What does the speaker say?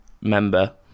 member